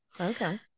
Okay